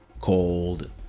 called